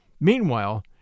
Meanwhile